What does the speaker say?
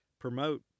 promote